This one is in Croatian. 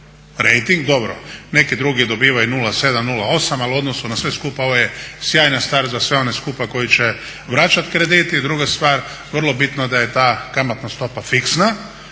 rejting. Dobro, neki drugi dobivaju 0,7, 0,8 ali u odnosu na sve skupa ovo je sjajan start za sve one skupa koji će vraćati kredit. I druga stvar, vrlo bitno da je ta kamatna stopa fiksna.